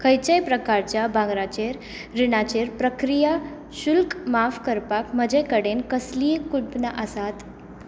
खंयच्याय प्रकारच्या भांगराचेर रिणाचेर प्रक्रिया शुल्क माफ करपाक म्हजे कडेन कसलींय कुपनां आसात